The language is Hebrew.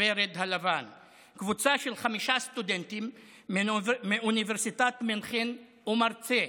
קבוצה של חמישה סטודנטים מאוניברסיטת מינכן ומרצה,